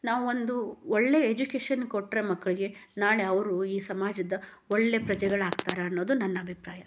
ನಾವು ಒಂದು ಒಳ್ಳೆಯ ಎಜುಕೇಶನ್ ಕೊಟ್ಟರೆ ಮಕ್ಕಳಿಗೆ ನಾಳೆ ಅವರು ಈ ಸಮಾಜದ ಒಳ್ಳೆಯ ಪ್ರಜೆಗಳಾಗ್ತಾರೆ ಅನ್ನೋದು ನನ್ನ ಅಭಿಪ್ರಾಯ